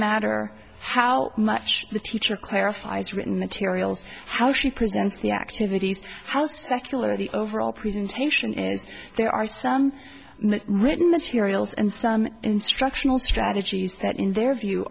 matter how much the teacher clarifies written materials how she presents the activities how secular the overall presentation is there are some written materials and some instructional strategies that in their view